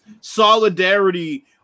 solidarity